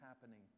happening